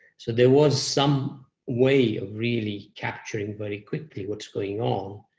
so there was some way of really capturing very quickly what's going on,